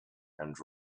and